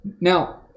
Now